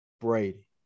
Brady